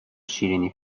شیرینی